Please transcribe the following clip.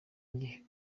njye